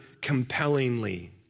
compellingly